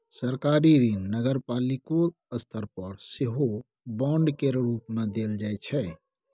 सरकारी ऋण नगरपालिको स्तर पर सेहो बांड केर रूप मे देल जाइ छै